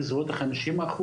בסביבות ה50%.